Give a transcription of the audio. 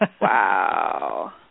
Wow